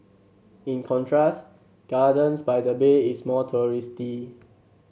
in contrast Gardens by the Bay is more touristy